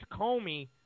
Comey